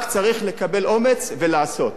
רק צריך לקבל אומץ ולעשות.